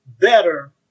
better